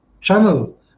channel